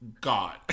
God